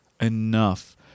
enough